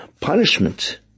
punishment